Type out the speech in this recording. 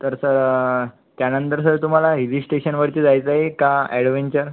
तर सर त्यानंतर सर तुम्हाला हिझीस्टेशनवरती जायचं आहे का अॅडव्हेंचर